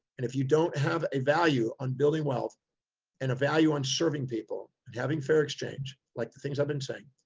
and if you don't have a value on building wealth and a value on serving people and having fair exchange, like the things i've been saying,